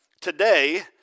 Today